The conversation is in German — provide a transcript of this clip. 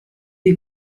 die